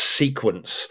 sequence